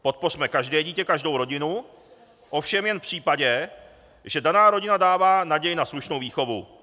Podpořme každé dítě, každou rodinu, ovšem jen v případě, že daná rodina dává naději na slušnou výchovu.